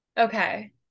Okay